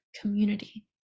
community